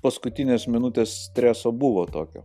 paskutinės minutės streso buvo tokio